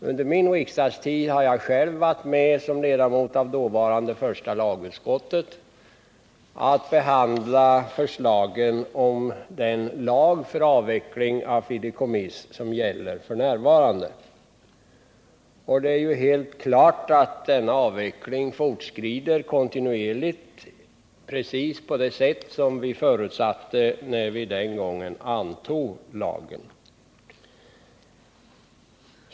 Under min riksdagstid har jag suttit med i det förutvarande första lagutskottet och där varit med om att behandla förslag om den lag för avveckling av fideikommiss som gäller f. n. Det är helt klart att denna avveckling fortskrider kontinuerligt precis på det sätt som vi förutsatte när vi antog lagen.